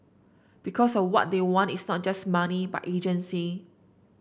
because a what they want is not just money but agency